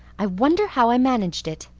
i wonder how i managed it?